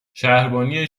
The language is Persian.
شهربانی